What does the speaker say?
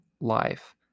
life